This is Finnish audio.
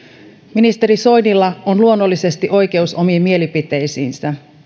ministeri soinilla on luonnollisesti oikeus omiin mielipiteisiinsä